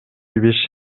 беш